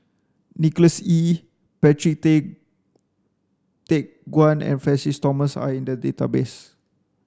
Nicholas Ee Patrick Tay Teck Guan and Francis Thomas are in the database